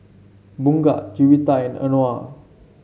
Bunga Juwita and Anuar